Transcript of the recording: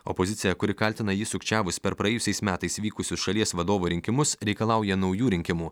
opozicija kuri kaltina jį sukčiavus per praėjusiais metais vykusius šalies vadovo rinkimus reikalauja naujų rinkimų